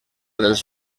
dels